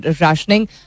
rationing